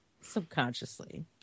Subconsciously